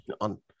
on